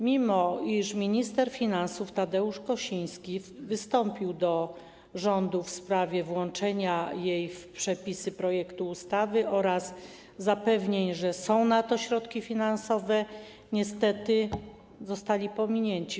Mimo iż minister finansów Tadeusz Kościński wystąpił do rządu w sprawie włączenia jej w przepisy projektu ustawy oraz zapewnień, że są na to środki finansowe, niestety służba ta została pominięta.